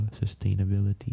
sustainability